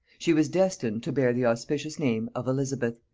she was destined to bear the auspicious name of elizabeth,